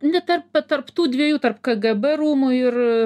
ne tarp va tarp tų dviejų tarp kgb rūmų ir